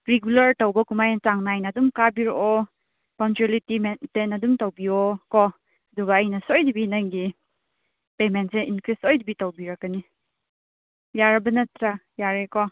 regular ꯇꯧꯕ ꯑꯗꯨꯃꯥꯏꯅ ꯆꯥꯡ ꯅꯥꯏꯅ ꯑꯗꯨꯝ ꯀꯥꯕꯤꯔꯛꯑꯣ ꯄꯪꯆꯨꯌꯦꯂꯤꯇꯤ ꯃꯦꯟꯇꯦꯟ ꯑꯗꯨꯝ ꯇꯧꯕꯤꯌꯣꯀꯣ ꯑꯗꯨꯒ ꯑꯩꯅ ꯁꯣꯏꯗꯕꯤ ꯅꯪꯒꯤ ꯄꯦꯃꯦꯟꯁꯦ ꯏꯟꯀ꯭ꯔꯤꯁ ꯁꯣꯏꯗꯕꯤ ꯇꯧꯕꯤꯔꯛꯀꯅꯤ ꯌꯥꯔꯕ ꯅꯠꯇ꯭ꯔꯥ ꯌꯥꯔꯦꯀꯣ